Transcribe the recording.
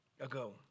ago